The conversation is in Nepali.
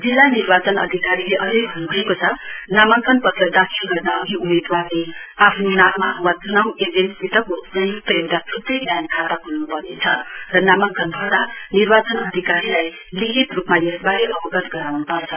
जिल्ला निर्वाचन अधिकारीले अझै भन्नुभएको छ नामाङ्कन पत्र दाखिल गर्न अधि उम्मेदवारले आफ्नो नाममा वा चुनाव एजेन्टसित को संयुक्त एउटा छुट्टै ब्याङ्क खाता खोल्नुपर्नेछ र नामाङ्कन भर्दा निर्वाचन अधिकारीलाई लिखित रुपमा यसबारे जानकारी दिनुपर्छ